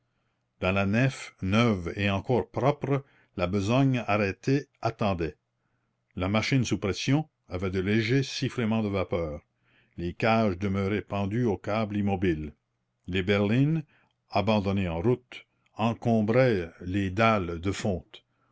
dans la nef neuve et encore propre la besogne arrêtée attendait la machine sous pression avait de légers sifflements de vapeur les cages demeuraient pendues aux câbles immobiles les berlines abandonnées en route encombraient les dalles de fonte